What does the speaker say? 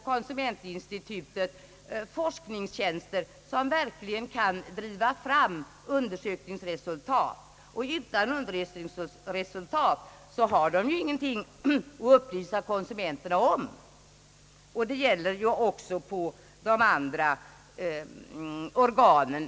Konsumentinstitutet saknar tjänster för forskare som verkligen kan driva fram undersökningsresultat, och utan undersökningsresultat har man ingenting att upplysa konsumenterna om. Detta gäller också för de andra organen.